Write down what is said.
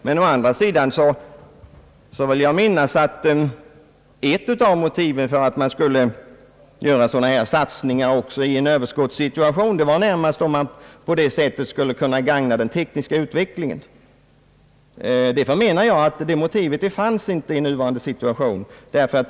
Men å andra sidan vill jag minnas, att ett av motiven för att göra sådana här satsningar också i en överskottssituation närmast var om man på det sättet skulle kunna gagna den tekniska utvecklingen. Jag förmenar, att det motivet inte finns i det aktuella fallet.